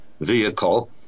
vehicle